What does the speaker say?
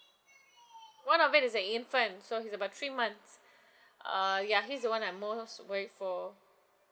one of it is an infant so he is about three months uh ya he is the one I'm most worried for